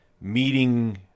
meeting